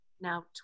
now